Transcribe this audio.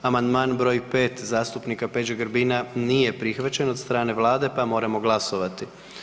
Amandman broj 6. zastupnika Peđe Grbina nije prihvaćen od strane Vlade pa moramo glasovati.